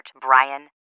Brian